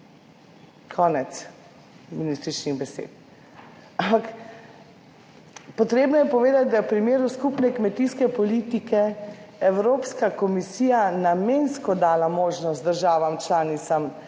Konec ministričinih besed. Ampak potrebno je povedati, da je v primeru skupne kmetijske politike Evropska komisija namensko dala možnost državam članicam,